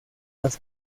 las